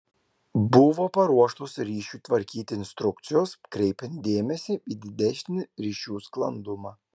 buvo paruoštos ryšiui tvarkyti instrukcijos kreipiant dėmesį į didesnį ryšių sklandumą